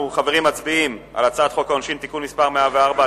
אנחנו מצביעים על הצעת חוק העונשין (תיקון מס' 104),